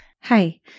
Hi